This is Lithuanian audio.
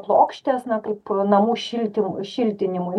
plokštes na kaip ir namų šiltim šiltinimui